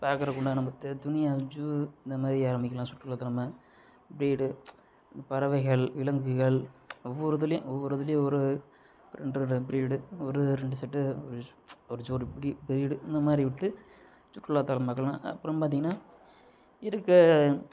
பார்க்குறதுக்கு உண்டான இந்தமாதிரி ஆரம்பிக்கலான் சுற்றுலாத்தலமாக வீடு பறவைகள் விலங்குகள் ஒவ்வொரு இதுலையும் ஒவ்வொரு இதுலையும் ஒரு ரெண்ட்ரெண்டு ப்ரீடு ஒரு ரெண்டு செட்டு ஒரு ஜோடி படி ப்ரீடு இந்தமாதிரி விட்டு சுற்றுலாத்தலமாக்கலாம் அப்புறம் பார்த்திங்கனா இருக்க